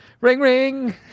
Ring-ring